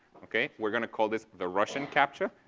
okay? we're going to call this the russian captcha.